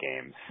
games